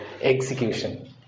execution